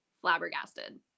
flabbergasted